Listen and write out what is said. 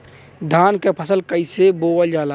धान क फसल कईसे बोवल जाला?